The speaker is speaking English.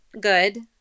good